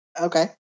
Okay